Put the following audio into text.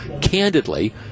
candidly